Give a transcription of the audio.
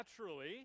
naturally